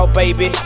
baby